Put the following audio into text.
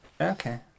okay